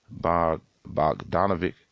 Bogdanovic